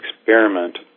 experiment